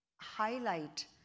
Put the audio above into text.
highlight